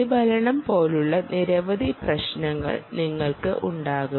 പ്രതിഫലനം പോലുള്ള നിരവധി പ്രശ്നങ്ങൾ നിങ്ങൾക്ക് ഉണ്ടാകും